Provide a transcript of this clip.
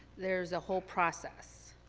there's a whole process.